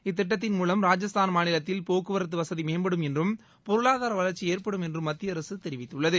இத்திட்டத்தின் மூலம் ராஜஸ்தான் மாநிலத்தில் போக்குவரத்து வசதி மேம்படும் என்றும் பொருளாதார வளர்ச்சி ஏற்படும் என்றும் மத்திய அரசு தெரிவித்துள்ளது